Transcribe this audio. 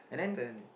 turn